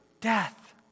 death